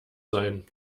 sein